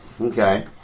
Okay